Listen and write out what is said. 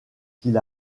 qu’il